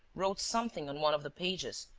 wrote something on one of the pages,